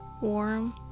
Warm